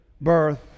birth